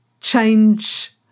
change